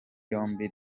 yombi